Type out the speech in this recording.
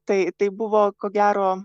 tai tai buvo ko gero